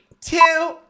two